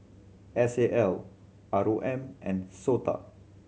S A L R O M and SOTA